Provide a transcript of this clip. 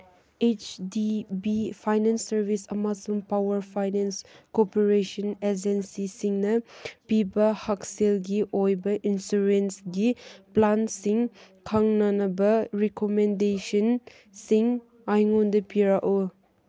ꯍꯩꯁ D B finance service ꯑꯃꯁꯨꯡ power finance corporation ꯑꯦꯖꯦꯟꯁꯤꯁꯤꯡꯅ ꯄꯤꯕ ꯍꯛꯁꯦꯜꯒꯤ ꯑꯣꯏꯕ ꯏꯟꯁꯨꯔꯦꯟꯁꯒꯤ ꯄ꯭ꯂꯥꯟꯁꯤꯡ ꯐꯪꯅꯅꯕ ꯔꯤꯀꯣꯃꯦꯟꯗꯦꯁꯟꯁꯤꯡ ꯑꯩꯉꯣꯟꯗ ꯄꯤꯔꯛꯎ